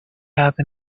have